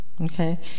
Okay